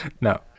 no